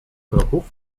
kroków